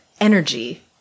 energy